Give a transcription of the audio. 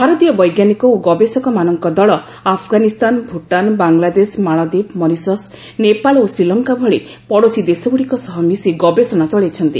ଭାରତୀୟ ବୈଜ୍ଞାନିକ ଓ ଗବେଷକମାନଙ୍କ ଦଳ ଆଫ୍ଗାନିସ୍ତାନ ଭୁଟାନ ବାଙ୍ଗଲାଦେଶ ମାଳଦୀପ ମରିସସ୍ ନେପାଳ ଓ ଶ୍ରୀଲଙ୍କା ଭଳି ପଡ଼ୋଶୀ ଦେଶଗୁଡ଼ିକ ସହ ମିଶି ଗବେଷଣା ଚଳାଇଛନ୍ତି